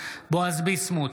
בועז ביסמוט,